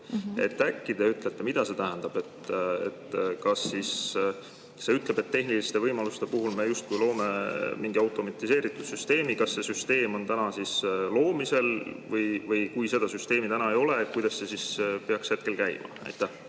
Äkki te ütlete, mida see tähendab. Kas see ütleb, et tehniliste võimaluste puhul me justkui loome mingi automatiseeritud süsteemi? Kas see süsteem on täna loomisel või kui seda süsteemi täna ei ole, kuidas see siis peaks hetkel käima? Aitäh,